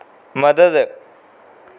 मदद